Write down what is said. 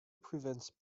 prevents